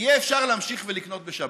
יהיה אפשר להמשיך ולקנות בשבת?